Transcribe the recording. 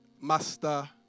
master